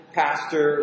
pastor